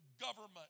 government